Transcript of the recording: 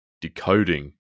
decoding